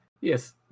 yes